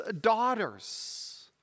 daughters